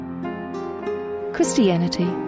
Christianity